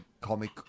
comic